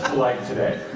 like today.